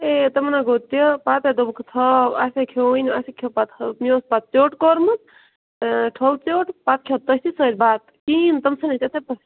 ہَے تِمن ہَے گوٚوتہِ پتہٕ ہَے دوٚپُکھ تھاو اَسے کھٮ۪ووُے نہٕ اَسے کھٮ۪و پتہٕ مےٚ اوس پتہٕ ژٮ۪وٚٹ کوٚرمُت تہٕ ٹھوٗلہٕ ژٮ۪وٚٹ پتہٕ کھٮ۪و تٔتھٕے سۭتۍ بتہٕ کِہیٖنٛۍ تُم ژھُنۍ اَسہِ تتِھے پٲٹھۍ